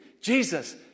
Jesus